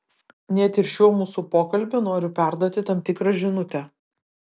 net ir šiuo mūsų pokalbiu noriu perduoti tam tikrą žinutę